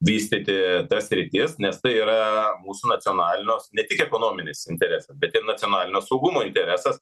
vystyti tas sritis nes tai yra mūsų nacionalinios ne tik ekonominis interesas bet ir nacionalinio saugumo interesas